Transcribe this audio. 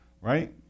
right